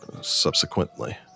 subsequently